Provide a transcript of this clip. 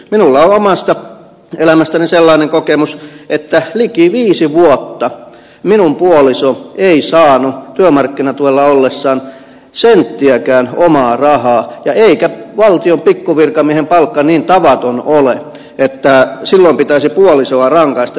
minulla on omasta elämästäni sellainen kokemus että liki viiden vuoden ajan minun puolisoni ei saanut työmarkkinatuella ollessaan senttiäkään omaa rahaa eikä valtion pikkuvirkamiehen palkka niin tavaton ole että silloin pitäisi puolisoa rangaista